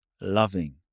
loving